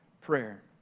prayer